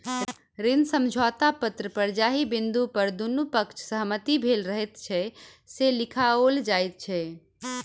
ऋण समझौता पत्र पर जाहि बिन्दु पर दुनू पक्षक सहमति भेल रहैत छै, से लिखाओल जाइत छै